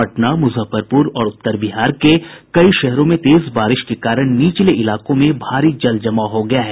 पटना मुजफ्फरपुर और उत्तर बिहार के कई शहरों में तेज बारिश के कारण निचले इलाकों में भारी जल जमाव हो गया है